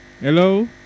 hello